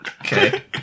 Okay